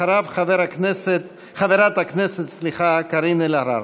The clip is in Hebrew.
אחריו, חברת הכנסת קארין אלהרר.